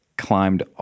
climbed